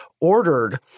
ordered